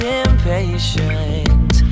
impatient